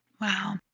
Wow